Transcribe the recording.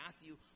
Matthew